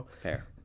Fair